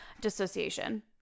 dissociation